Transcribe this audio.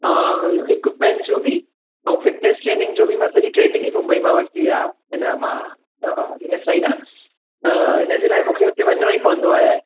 हिक पंहिंजो बि ऐं फ़िट्नेस ट्रेनिंग जो बि मां सॼी ट्रेनिंग ई मुंबई मां वरिती आहे हिन मां त हिन साइड आहे त हिनजे लाइ मूंखे उते वञणो ई पवंदो आहे